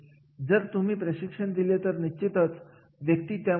मग या कमी पूर्ण करण्यासाठी प्रशिक्षण आयोजित केले गेले